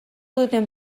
duten